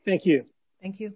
thank you thank you